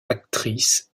actrices